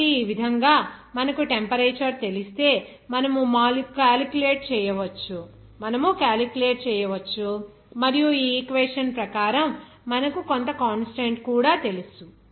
కాబట్టి ఈ విధంగా మనకు టెంపరేచర్ తెలిస్తే మనము క్యాలిక్యులేట్ చేయవచ్చు మరియు ఈ ఈక్వేషన్ ప్రకారం మనకు కొంత కాన్స్టాంట్ కూడా తెలుసు